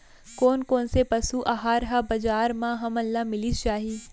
कोन कोन से पसु आहार ह बजार म हमन ल मिलिस जाही?